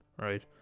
Right